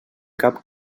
cap